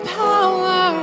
power